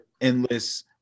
endless